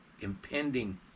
impending